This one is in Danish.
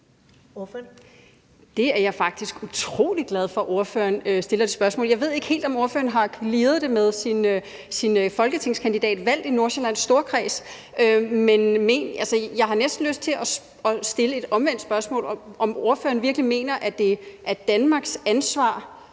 er jeg faktisk utrolig glad for at ordføreren stiller, og jeg ved ikke helt, om ordføreren har clearet det med sin folketingskandidat valgt i Nordsjællands Storkreds. Men jeg har næsten lyst til at stille et omvendt spørgsmål, nemlig om ordføreren virkelig mener, at det er Danmarks ansvar